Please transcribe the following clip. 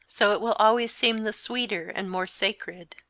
so it will always seem the sweeter and more sacred.